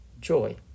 joy